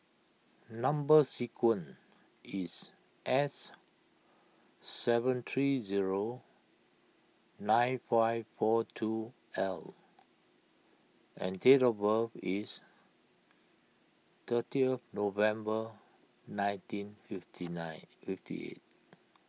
Number Sequence is S seven three zero nine five four two L and date of birth is thirty November nineteen fifty nine fifty eight